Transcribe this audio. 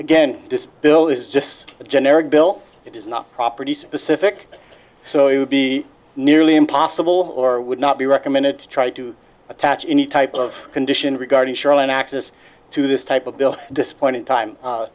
again this bill is just a generic bill it is not property specific so it would be nearly impossible or would not be recommended to try to attach any type of condition regarding shoreline access to this type of bill this point in time